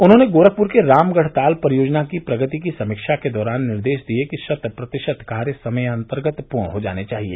उन्होंने गोरखपुर के रामगढ़ताल परियोजना की प्रगति की समीक्षा के दौरान निर्देश दिये कि शत प्रतिशत कार्य समयान्तर्गत पूर्ण हो जाने चाहिए